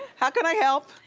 how can i help?